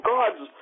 God's